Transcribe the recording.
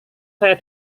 saya